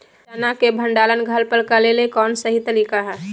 चना के भंडारण घर पर करेले कौन सही तरीका है?